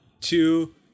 two